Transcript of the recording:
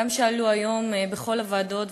גם אלה שעלו היום בכל הוועדות,